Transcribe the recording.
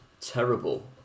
terrible